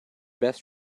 best